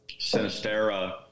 Sinistera